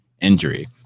injury